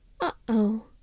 Uh-oh